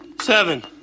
seven